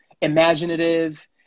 imaginative